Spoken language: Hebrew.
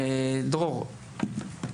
דרור,